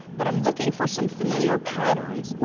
but i'm looking for some familiar patterns.